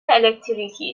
الکتریکی